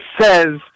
says